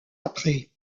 après